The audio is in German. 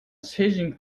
sejm